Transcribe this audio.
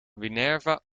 minerva